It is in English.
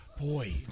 Boy